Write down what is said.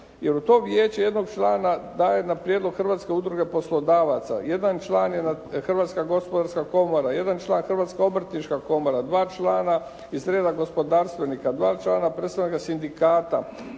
Jer u to vijeće jednog člana daje na prijedlog Hrvatske udruge poslodavaca. Jedan član je Hrvatska gospodarska komora, jedan član Hrvatska obrtnička komora, dva člana iz reda gospodarstvenika, dva člana predstavnika sindikata,